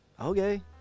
Okay